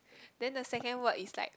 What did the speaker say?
then the second word is like